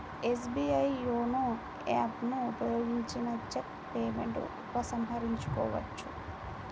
SBI YONO app ను ఉపయోగించిన cheque payment ఉపసంహరించుకోవచ్చు